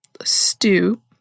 stew